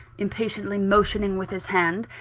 impatiently motioning with his hand,